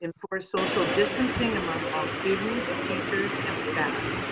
and for social distancing among all students, teachers and staff,